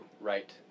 right